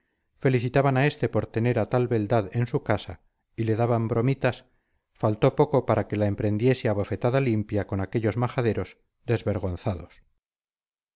felicitaban a este por tener a tal beldad en su casa y le daban bromitas faltó poco para que la emprendiese a bofetada limpia con aquellos majaderos desvergonzados